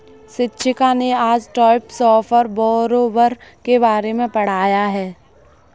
शिक्षिका ने आज टाइप्स ऑफ़ बोरोवर के बारे में पढ़ाया है